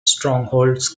strongholds